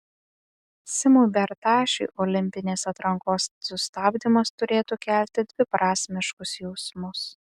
simui bertašiui olimpinės atrankos sustabdymas turėtų kelti dviprasmiškus jausmus